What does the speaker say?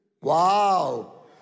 Wow